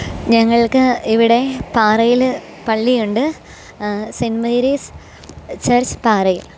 ഞങ്ങള്ക്ക് ഇവിടെ പാറയിൽ പള്ളിയുണ്ട് സെന്റ് മേരീസ് ചര്ച്ച് പാറയില്